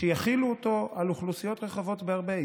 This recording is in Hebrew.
שיחילו אותו על אוכלוסיות רחבות בהרבה.